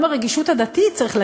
גם הרגישות הדתית, צריך להגיד.